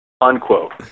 Unquote